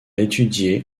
étudié